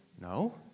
No